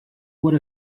what